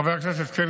חבר הכנסת קלנר,